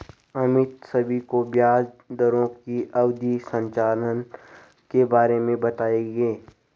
अमित सभी को ब्याज दरों की अवधि संरचना के बारे में बताएंगे